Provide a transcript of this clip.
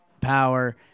power